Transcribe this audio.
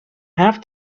have